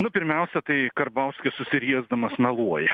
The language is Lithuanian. nu pirmiausia tai karbauskis susiriesdamas meluoja